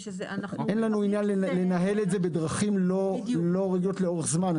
אין לנו עניין לנהל את זה בדרכים לא רגילות לאורך זמן.